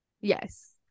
Yes